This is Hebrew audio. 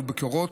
היו ביקורות,